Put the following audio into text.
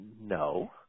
no